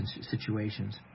situations